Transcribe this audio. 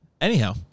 Anyhow